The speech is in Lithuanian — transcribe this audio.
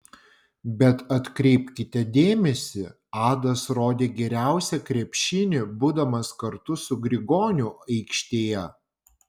bet atkreipkite dėmesį adas rodė geriausią krepšinį būdamas kartu su grigoniu aikštėje